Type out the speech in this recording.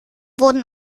wurden